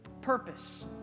Purpose